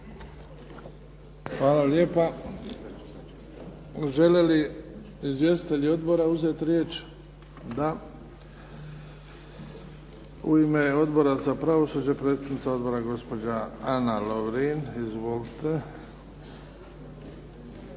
hvala lijepa. Žele li izvjestitelji odbor uzeti riječ? Da. U ime Odbora za pravosuđe predsjednica odbora gospođa Ana Lovrin. Izvolite.